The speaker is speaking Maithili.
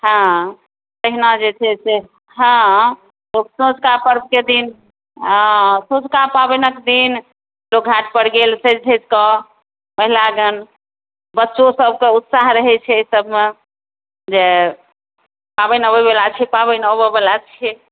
हँ तहिना जे छै से हँ लोक सँझुका पर्वके दिन हँ सँझुका पाबनिके दिन लोक घाटपर गेल सजि धजिके तऽ लागल बच्चो सबकेँ उत्साह रहैत छै एहि सबमे जे पाबनि अबए बला छै पाबनि अबै बला छै